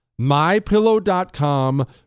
MyPillow.com